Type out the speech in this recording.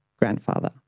grandfather